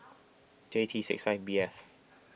J T six five B F